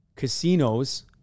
casinos